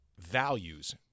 values